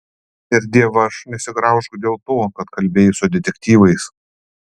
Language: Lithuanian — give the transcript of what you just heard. ir dievaž nesigraužk dėl to kad kalbėjai su detektyvais